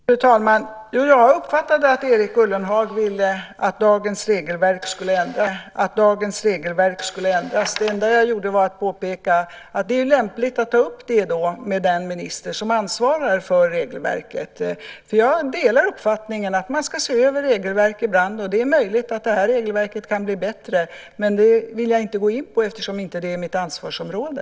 Fru talman! Jo, jag har uppfattat att Erik Ullenhag vill att dagens regelverk ska ändras. Det enda jag gjorde var att påpeka att det är lämpligt att ta upp den frågan med den minister som ansvarar för regelverket. Jag delar uppfattningen att man ibland ska se över regelverk, och det är möjligt att det här regelverket kan bli bättre. Jag vill emellertid inte gå in på det eftersom det inte är mitt ansvarsområde.